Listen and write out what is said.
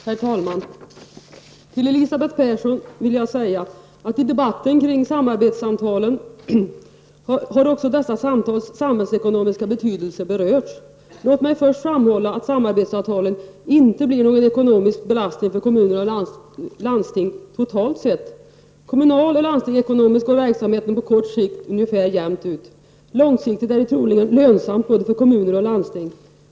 Herr talman! I debatten kring samarbetssamtalen, Elisabeth Persson, har också dessa samtals samhällsekonomiska betydelse berörts. Låt mig framhålla att samarbetssamtalen inte blir en ekonomisk belastning för kommuner och landsting totalt sett. Kommunal och landstingsekonomiskt går verksamheten på kort sikt ungefär jämnt ut. Långsiktigt är den troligen lönsam både för kommuner och landsting.